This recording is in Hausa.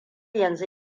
yanzu